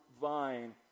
vine